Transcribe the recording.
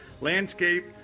landscape